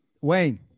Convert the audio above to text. Wayne